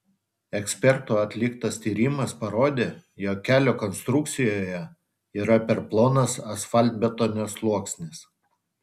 ekspertų atliktas tyrimas parodė jog kelio konstrukcijoje yra per plonas asfaltbetonio sluoksnis